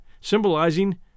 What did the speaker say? symbolizing